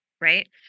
Right